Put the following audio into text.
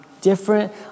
different